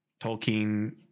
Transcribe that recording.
Tolkien